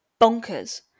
bonkers